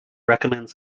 recommends